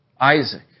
Isaac